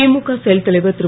திமுக செயல்தலைவர் திரு